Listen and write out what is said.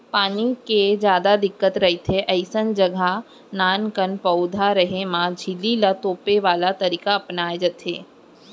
पानी के जादा दिक्कत रहिथे अइसन जघा नानकन पउधा रेहे म झिल्ली ल तोपे वाले तरकीब अपनाए जाथे